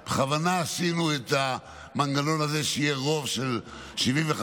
בכוונה עשינו במנגנון הזה שיהיה רוב של 75%,